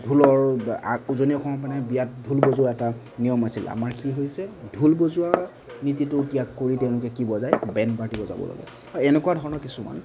ঢোলৰ উজনি অসমত মানে বিয়াত ঢোল বজোৱা এটা নিয়ম আছিল আমাৰ কি হৈছে ঢোল বজোৱা নীতিটো ত্যাগ কৰি তেওঁলোকে কি বজায় বেণ্ড পাৰ্টি বজাব ল'লে এই এনেকুৱা ধৰণৰ